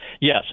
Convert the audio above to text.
Yes